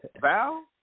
Val